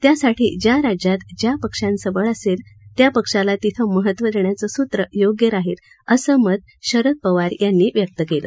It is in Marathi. त्यासाठी ज्या राज्यात ज्या पक्षाचं बळ असेल त्या पक्षाला तिथं महत्व देण्याचं सूत्र योग्य राहील असं मत पवार यांनी व्यक्त केलं